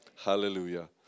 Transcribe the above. Hallelujah